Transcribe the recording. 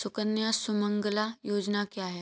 सुकन्या सुमंगला योजना क्या है?